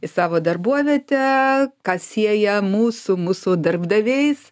į savo darbovietę kas sieja mūsų mūsų darbdaviais